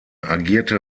agierte